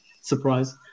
surprise